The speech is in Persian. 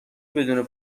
بدون